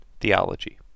theology